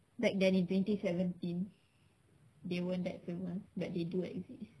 like back in twenty seventeen they were not famous but they do exist